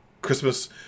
Christmas